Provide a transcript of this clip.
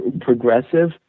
progressive